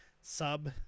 sub